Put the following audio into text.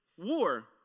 war